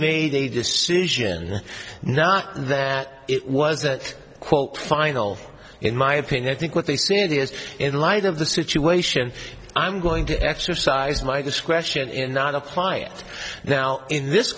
made a decision not that it was that quote final in my opinion i think what they say it is in light of the situation i'm going to exercise my discretion in not apply it now in this